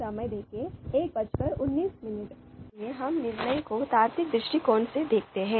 इसलिए हम निर्णय को तार्किक दृष्टिकोण से देखते हैं